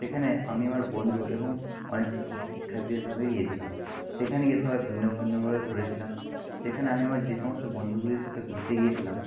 সেখানে আমি আমার বন্ধু এবং অনেক শিক্ষক শিক্ষার্থীদের সাথেই গিয়েছিলাম সেখানে গিয়ে সবাই ভিন্ন ভিন্নভাবে ঘুরে ছিলাম সেখানে আমি আমার যে সমস্ত বন্ধুগুলির সাথে ঘুরতে গিয়েছিলাম